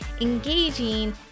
engaging